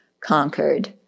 conquered